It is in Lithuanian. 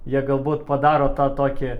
jie galbūt padaro tą tokį